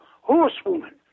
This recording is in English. horsewoman